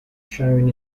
shown